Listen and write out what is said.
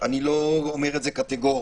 אני לא אומר את זה קטגורית.